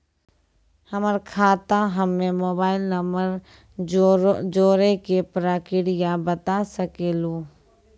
हमर खाता हम्मे मोबाइल नंबर जोड़े के प्रक्रिया बता सकें लू?